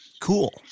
cool